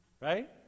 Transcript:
Right